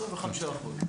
25 אחוז.